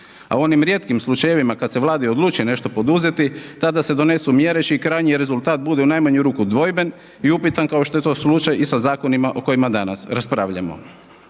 A u onim rijetkim slučajevima kad se Vlada odluči nešto poduzeti, tada se donesu mjere čiji krajnji rezultat bude u najmanju ruju dvojben i upitan kao što je ti slučaj i sa zakonima o kojima danas raspravljamo.